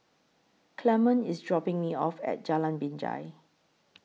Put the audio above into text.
Clemon IS dropping Me off At Jalan Binjai